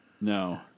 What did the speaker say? No